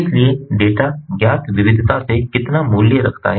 इसलिए डेटा ज्ञात विविधता से कितना मूल्य रखता है